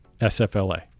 SFLA